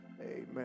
Amen